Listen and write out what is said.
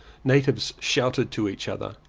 natives shouted to each other,